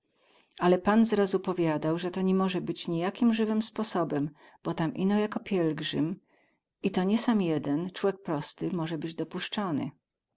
ale pan zrazu powiadał ze to ni moze być nijakim zywym sposobem bo tam ino jako pielgrzym i to nie sam jeden cłek prosty moze być dopuscony